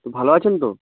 তো ভালো আছেন তো